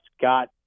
got